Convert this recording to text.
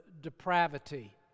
depravity